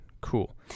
Cool